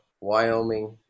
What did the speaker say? Wyoming